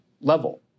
level